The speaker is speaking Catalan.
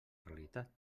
realitat